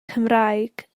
cymraeg